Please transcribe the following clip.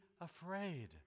afraid